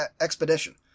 expedition